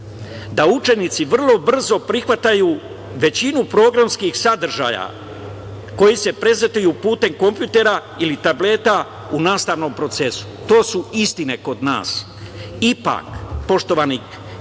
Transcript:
da učenici vrlo brzo prihvataju većinu programskih sadržaja koji se prezentuju putem kompjutera ili tableta u nastavnom procesu. To su istine kod nas. Ipak, poštovani